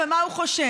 ומה הוא חושב?